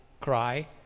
Cry